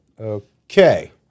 Okay